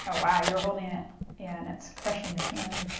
ah wow you're holding it and it's crushing the can.